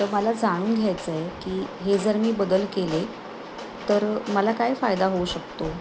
तर मला जाणून घ्यायचंय की हे जर मी बदल केले तर मला काय फायदा होऊ शकतो